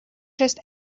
trust